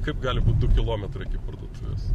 kaip gali būt du kilometrai parduotuvės